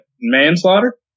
manslaughter